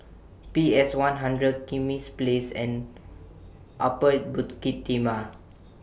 P S one hundred Kismis Place and Upper Bukit Timah